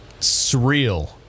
surreal